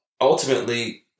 ultimately